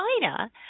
China